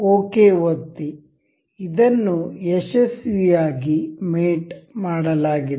okay ಒತ್ತಿ ಇದನ್ನು ಯಶಸ್ವಿಯಾಗಿ ಮೇಟ್ ಮಾಡಲಾಗಿದೆ